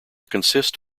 consist